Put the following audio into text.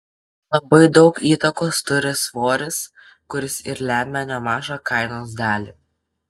labai daug įtakos turi svoris kuris ir lemia nemažą kainos dalį